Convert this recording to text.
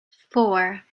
four